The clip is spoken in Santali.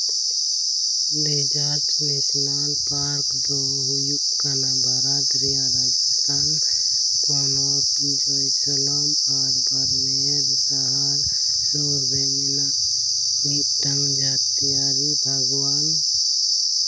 ᱰᱮᱡᱟᱨᱴ ᱱᱟᱥᱱᱟᱞ ᱯᱟᱨᱠ ᱦᱩᱭᱩᱜ ᱠᱟᱱᱟ ᱵᱷᱟᱨᱚᱛ ᱨᱮᱭᱟᱜ ᱨᱟᱡᱚᱥᱛᱷᱟᱱ ᱯᱚᱱᱚᱛ ᱡᱳᱭᱥᱚᱣᱥᱳᱞᱮᱢ ᱟᱨ ᱵᱟᱨᱢᱮᱨ ᱥᱟᱦᱟᱨ ᱨᱮ ᱢᱮᱱᱟᱜ ᱢᱤᱫᱴᱟᱝ ᱡᱟᱹᱛᱤᱭᱟᱹᱨᱤ ᱵᱟᱜᱽᱣᱟᱱ